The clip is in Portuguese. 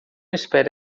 espere